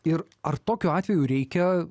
ir ar tokiu atveju reikia